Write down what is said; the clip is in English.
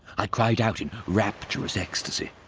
i cried out in rapturous ecstasy.